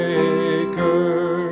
Maker